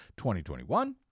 2021